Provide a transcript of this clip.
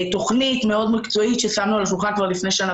תוכנית מקצועית ששמו על השולחן כבר לפני שנה